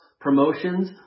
promotions